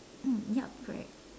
mm yup correct